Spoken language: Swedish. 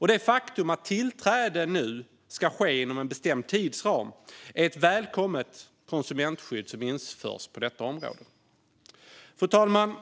Det faktum att tillträde nu ska ske inom en bestämd tidsram är ett välkommet konsumentskydd som införs på detta område. Fru talman!